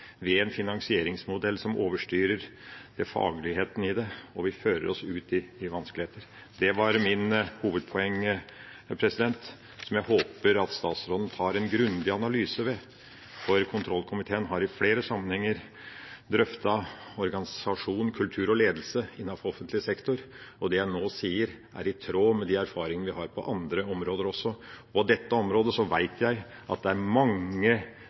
ved en finansieringsmodell som overstyrer fagligheten i det, og vil føre oss ut i vanskeligheter. Det var mitt hovedpoeng, som jeg håper at statsråden gjør en grundig analyse av. Kontrollkomiteen har i flere sammenhenger drøftet organisasjon, kultur og ledelse innenfor offentlig sektor. Det jeg nå sier, er i tråd med de erfaringene vi har på andre områder også. På dette området så vet jeg at det er mange